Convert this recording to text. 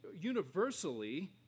universally